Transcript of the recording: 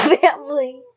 Family